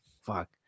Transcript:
fuck